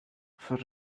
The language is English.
for